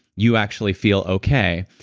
you actually feel okay,